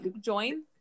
join